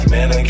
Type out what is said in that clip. Man